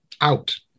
out